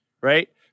right